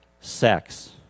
sex